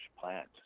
plant